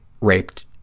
raped